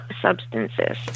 substances